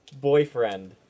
boyfriend